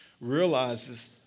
realizes